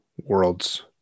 worlds